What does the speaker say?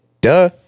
duh